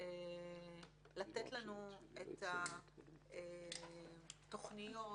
לתת לנו את התוכניות